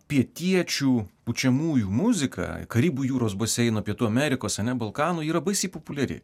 pietiečių pučiamųjų muzika karibų jūros baseino pietų amerikos ane balkanų yra baisiai populiari